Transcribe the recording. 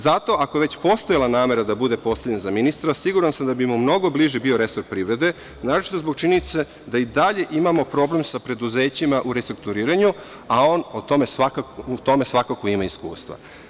Zato, ako je već postojala namera da bude postavljen za ministra, siguran sam da bi mu mnogo bliži bio resor privrede, naročito zbog činjenice da i dalje imamo problem sa preduzećima u restrukturiranju, a on u tome svakako ima iskustva.